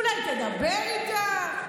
או לך תדבר איתה,